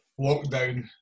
lockdown